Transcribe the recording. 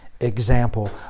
example